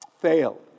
fail